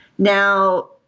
Now